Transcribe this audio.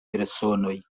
personoj